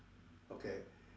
okay